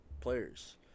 players